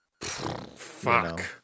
Fuck